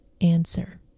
answer